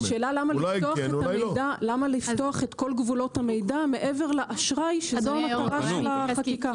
השאלה למה לפתוח את כל גבולות המידע מעבר לאשראי שזו המטרה של החקיקה.